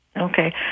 Okay